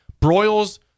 Broyles